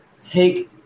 take